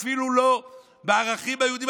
בערכים היהודיים,